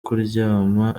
kuryama